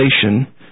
translation